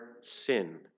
sin